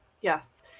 yes